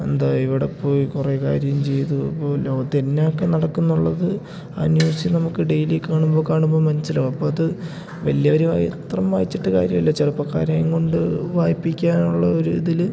എന്താ ഇവിടെ പോയി കുറേ കാര്യം ചെയ്തപ്പോൾ ലോകത്തുന്നൊക്കെ നടക്കുന്നുള്ളത് ആ ന്യൂസിൽ നമുക്ക് ഡെയ്ലി കാണുമ്പോൾ കാണുമ്പോൾ മനസ്സിലാണ് അപ്പമത് വലിയൊരു പത്രം വായിച്ചിട്ട് കാര്യം ഇല്ല ചെറുപ്പാക്കാരെയും കൊണ്ട് വായിപ്പിക്കാനുള്ള ഒരിതിൽ